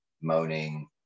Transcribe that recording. moaning